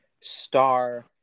Star